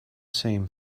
same